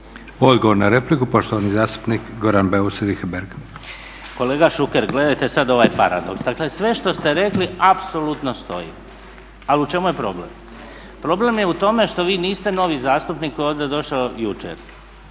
Odgovor na repliku poštovani zastupnik Goran Beus Richembergh. **Beus Richembergh, Goran (HNS)** Kolega Šuker pogledajte sada ovaj paradoks, dakle sve što ste rekli apsolutno stoji. A u čemu je problem? problem je u tome što vi niste novi zastupnik ovdje došao jučer